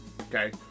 Okay